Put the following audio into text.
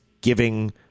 giving